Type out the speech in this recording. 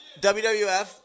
WWF